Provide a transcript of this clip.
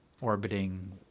orbiting